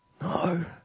No